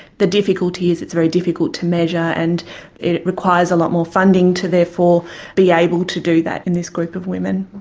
the difficulty is it's very difficult to measure and it requires a lot more funding to therefore be able to do that in this group of women.